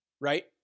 right